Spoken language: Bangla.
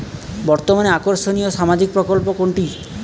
বর্তমানে আকর্ষনিয় সামাজিক প্রকল্প কোনটি?